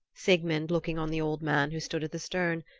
sigmund, looking on the old man who stood at the stern,